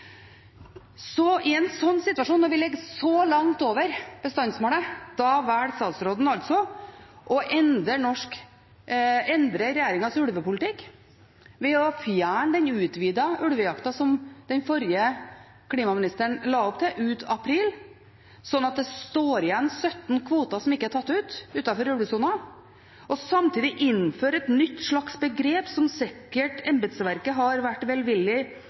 I en slik situasjon, når vi ligger så langt over bestandsmålet, velger statsråden altså å endre regjeringas ulvepolitikk ved å fjerne den utvidede ulvejakta ut april som den forrige klimaministeren la opp til, slik at det står igjen 17 kvoter som ikke er tatt ut, utenfor ulvesonen, og samtidig innføre et nytt begrep, som sikkert embetsverket har vært velvillig